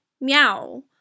meow